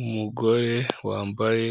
Umugore wambaye